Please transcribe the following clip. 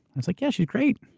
i was like, yeah, she's great!